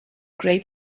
great